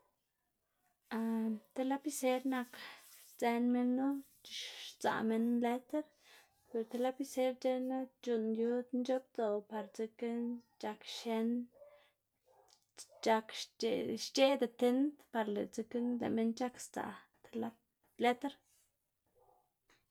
ti lapiser nak sdzën minu, sdzaꞌ minn letr ber tib lapiser c̲h̲eꞌn c̲h̲uꞌnn yud nc̲h̲oꞌbdoꞌ par dzekna c̲h̲ak xien c̲h̲ak xc̲h̲eꞌda tind par dzekna lëꞌ minn c̲h̲ak sdzaꞌ ti letr.